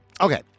Okay